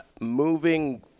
moving